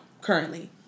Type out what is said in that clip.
currently